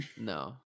No